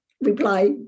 reply